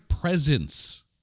presence